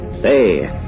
Say